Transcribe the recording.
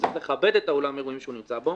צריך לכבד את אולם האירועים שהוא נמצא בו.